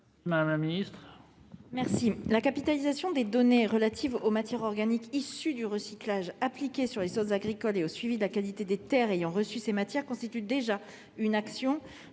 Madame la ministre,